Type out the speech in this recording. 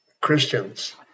Christians